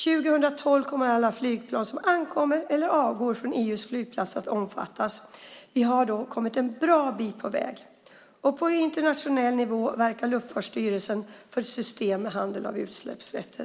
År 2012 kommer alla flygplan som ankommer eller avgår från EU:s flygplatser att omfattas. Vi har då kommit en bra bit på väg. På internationell nivå verkar Luftfartsstyrelsen för ett system med handel av utsläppsrätter.